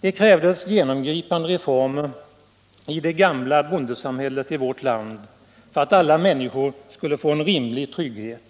Det krävdes genomgripande reformer i det gamla bondesamhället i vårt land för att alla människor skulle få en rimlig trygghet.